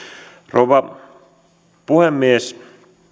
rouva puhemies